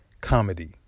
comedy